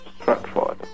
Stratford